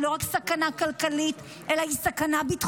היא לא רק סכנה כלכלית, אלא היא סכנה ביטחונית.